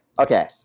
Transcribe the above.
okay